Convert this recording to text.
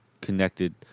connected